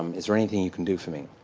um is there anything you can do for me?